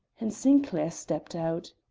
and sinclair stepped out.